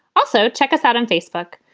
also, check us out on facebook.